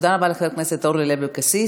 תודה רבה לחברת הכנסת אורלי לוי אבקסיס.